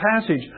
passage